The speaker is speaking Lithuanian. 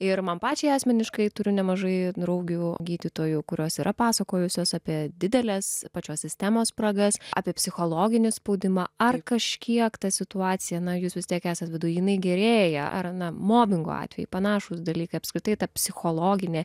ir man pačiai asmeniškai turiu nemažai draugių gydytojų kurios yra pasakojusios apie dideles pačios sistemos spragas apie psichologinį spaudimą ar kažkiek ta situacija na jūs vis tiek esat viduj jinai gerėja ar na mobingo atvejai panašūs dalykai apskritai ta psichologinė